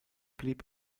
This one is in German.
blieb